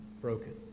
broken